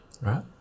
right